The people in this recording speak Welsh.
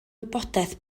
wybodaeth